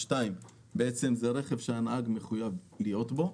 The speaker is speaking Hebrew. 2 זה רכב שהנהג מחויב להיות פה,